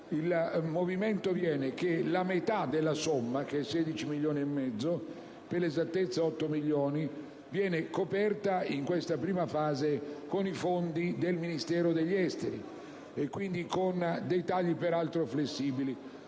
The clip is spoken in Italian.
ne scaturisce che la metà della somma, chi è di 16 milioni e mezzo, per l'esattezza 8 milioni, viene coperta nella prima fase con i fondi del Ministero degli esteri, e quindi con tagli, peraltro flessibili.